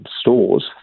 stores